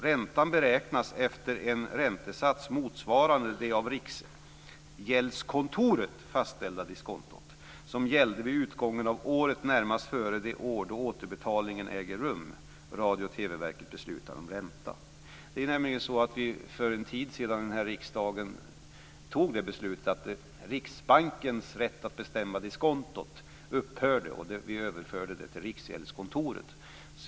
Räntan beräknas efter en räntesats motsvarande det av Riksgäldskontoret fastställda diskonto, som gällde vid utgången av året närmast före det år då återbetalningen äger rum. Radio och TV-verket beslutar om ränta." Det är nämligen så att vi för en tid sedan här i riksdagen fattade beslutet att Riksbankens rätt att bestämma diskontot upphörde, och vi överförde den rätten till Riksgäldskontoret.